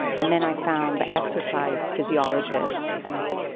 and then i found the exercise physiologists and i said,